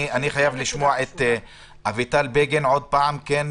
אני חייב לשמוע עוד פעם את אביטל בגין בקיצור.